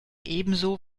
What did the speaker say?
ebenso